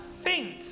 Faint